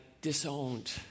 disowned